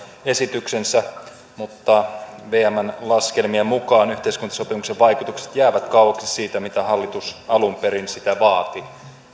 esityksensä mutta vmn laskelmien mukaan yhteiskuntasopimuksen vaikutukset jäävät kauaksi siitä mitä hallitus alun perin vaati